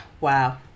Wow